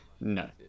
no